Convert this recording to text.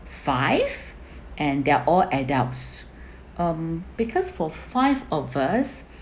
five and they're all adults um because for five of us